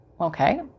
Okay